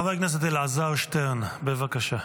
חבר הכנסת אלעזר שטרן, בבקשה.